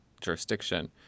jurisdiction